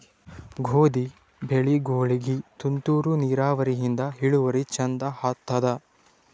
ಗೋಧಿ ಬೆಳಿಗೋಳಿಗಿ ತುಂತೂರು ನಿರಾವರಿಯಿಂದ ಇಳುವರಿ ಚಂದ ಆತ್ತಾದ?